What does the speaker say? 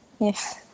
Yes